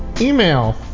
email